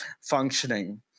functioning